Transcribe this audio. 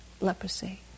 leprosy